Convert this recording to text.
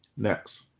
next.